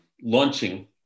launching